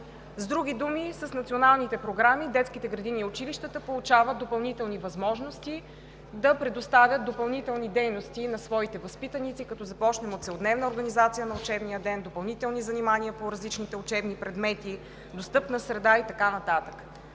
С други думи, детските градини и училищата получават възможности да предоставят допълнителни дейности на своите възпитаници, като започнем от целодневната организация на учебния ден, допълнителни занимания по различните учебни предмети, достъпна среда и така нататък.